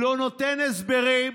לא נותן הסברים,